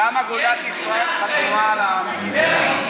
גם אגודת ישראל חתומה על האמנה.